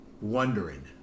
wondering